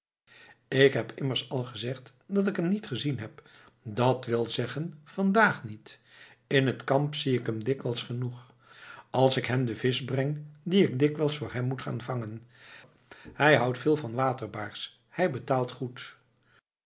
ik heb immers al gezegd dat ik hem niet gezien heb dat wil zeggen vandaag niet in het kamp zie ik hem dikwijls genoeg als ik hem de visch breng die ik dikwijls voor hem moet gaan vangen hij houdt wat veel van waterbaars en hij betaalt goed